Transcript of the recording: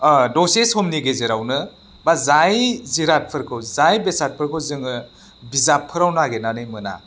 दसे समनि गेजेरावनो एबा जाय जिरादफोरखौ जाय बेसादफोरखौ जोङो बिजाबफोराव नागिरनानै मोना